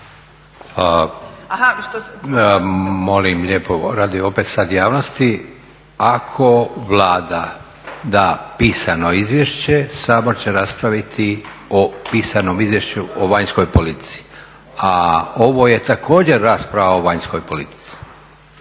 Molim lijepo radi opet sada javnosti ako Vlada da pisano izvješće Sabor će raspraviti o pisanom izvješću o vanjskoj politici. A ovo je također rasprava o vanjskoj politici,